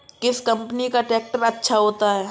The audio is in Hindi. किस कंपनी का ट्रैक्टर अच्छा होता है?